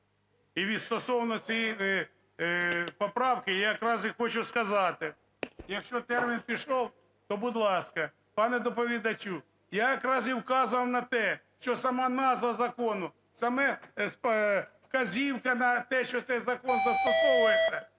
І стосовно цієї поправки я якраз і хочу сказати, якщо термін пішов, то, будь ласка, пане доповідачу, я якраз і вказував на те, що сама назва закону, саме вказівка на те, що цей закон застосовується